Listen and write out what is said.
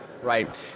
right